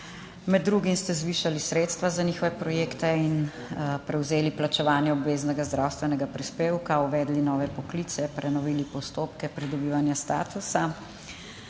Med drugim ste zvišali sredstva za njihove projekte in prevzeli plačevanje obveznega zdravstvenega prispevka, uvedli nove poklice, prenovili postopke pridobivanja statusa,